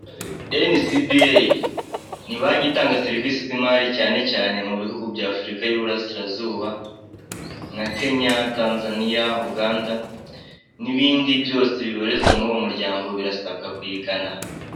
Enisibi eyi ni banki itanga serivisi z'imari cyane cyane mu bihugu bya afurika y'iburasirazuba nka Kenya, Tanzania, Uganda n'ibindi byose bibarizwa mu uwo muryango, birasabwa kuyigana.